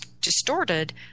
distorted